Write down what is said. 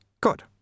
good